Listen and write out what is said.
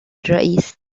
الرئيس